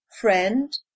friend